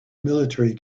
military